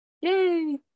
Yay